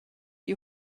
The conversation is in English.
you